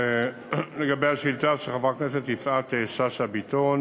לגבי השאילתה של חברת הכנסת יפעת שאשא ביטון